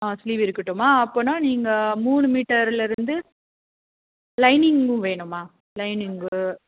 ஆ sleeve இருக்கட்டுமா அப்போனா நீங்கள் மூணு மீட்டரில் இருந்து லைனிங்கும் வேணுமா லைனிங்கு